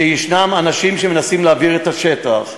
יש אנשים שמנסים להבעיר את השטח.